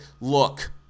Look